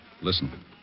Listen